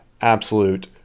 Absolute